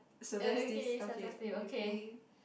suggest this okay we playing